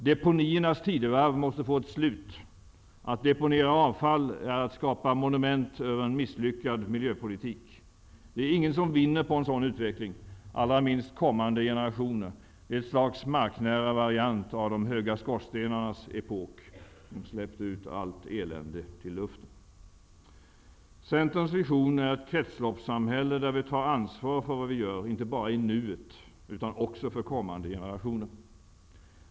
”Deponiernas tidevarv” måste få ett slut. Att deponera avfall är att skapa monument över en misslyckad miljöpolitik. Det är ingen som vinner på en sådan utveckling, allra minst kommande generationer. Det är ett slags marknära variant av ”de höga skorstenarnas epok”. De släppte ut allt elände i luften. Centerns vision är ett kretsloppssamhälle där vi tar ansvar för vad vi gör, inte bara i nuet, utan också för kommande generationer.